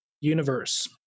universe